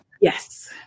Yes